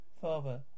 father